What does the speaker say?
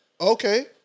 Okay